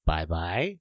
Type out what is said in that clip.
Bye-bye